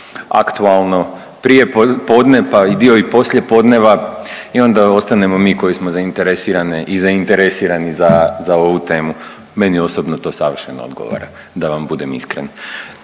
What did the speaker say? aktualno prijepodne, pa i dio poslijepodneva i onda ostanemo mi koji smo zainteresirane i zainteresirani za, za ovu temu, meni osobno to savršeno odgovara da vam budem iskren